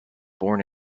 born